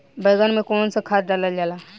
बैंगन में कवन सा खाद डालल जाला?